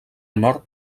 nord